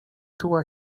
czuła